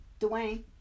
Dwayne